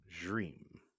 Dream